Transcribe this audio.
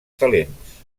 talents